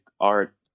art